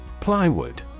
Plywood